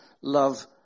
love